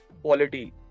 quality